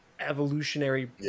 evolutionary